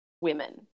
women